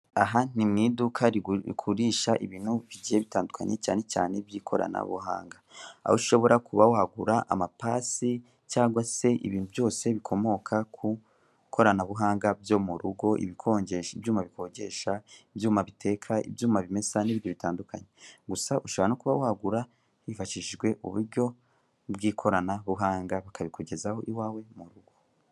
Aha ni mu iduka rigurisha ibintu bigiye bitandukanye cyane cyane iby'ikoranabuhanga ,aho ushobora kuba wagura amapasi cyangwa se ibintu byose bikomoka ku ikoranabuhanga byo murugo, ibikonjesha ,ibyuma biteka, ibyuma bimesa n'ibindi bitandukanye. Gusa ushobora no kuba wagura wifashishije uburyo bw'ikoranabuhanga bakabikugezaho iwawe.